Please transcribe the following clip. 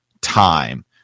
time